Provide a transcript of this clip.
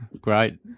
Great